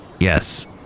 Yes